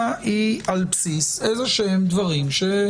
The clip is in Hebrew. היא על בסיס איזשהם דברים שדורשים זאת.